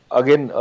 again